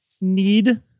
need